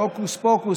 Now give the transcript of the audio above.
בהוקוס-פוקוס,